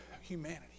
humanity